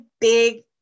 big